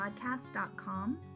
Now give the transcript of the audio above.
podcast.com